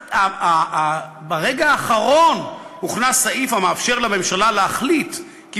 וברגע האחרון הוכנס סעיף המאפשר לממשלה להחליט כי